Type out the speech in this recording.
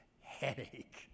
headache